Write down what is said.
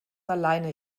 alleine